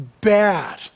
bad